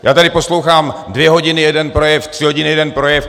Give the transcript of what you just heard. Já tady poslouchám dvě hodiny jeden projev, tři hodiny jeden projev.